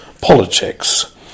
politics